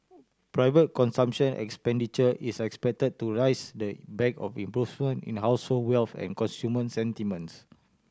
private consumption expenditure is expected to rise they in back of improvement in household wealth and consumer sentiments